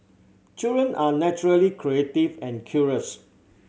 children are naturally creative and curious